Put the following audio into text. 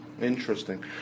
Interesting